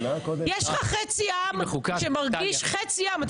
יש לך חצי עם שמרגיש חצי עם.